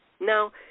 Now